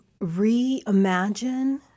reimagine